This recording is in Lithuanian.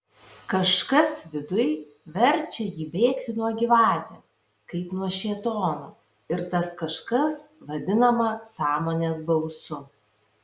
kažkas viduj verčia ji bėgti nuo gyvatės kaip nuo šėtono ir tas kažkas vadinama sąmonės balsu